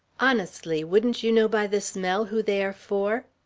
honestly, wouldn't you know by the smell who they are for?